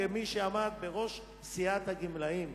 כמי שעמד בראש סיעת הגמלאים,